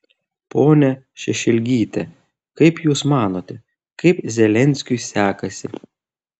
ponia šešelgyte kaip jūs manote kaip zelenskiui sekasi